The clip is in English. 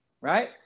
right